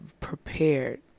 prepared